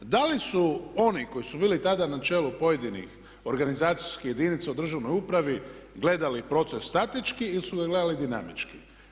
Da li su oni koji su bili tada na čelu pojedinih organizacijskih jedinica u državnoj upravi gledali proces statički ili su ga gledali dinamički?